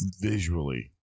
Visually